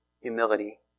humility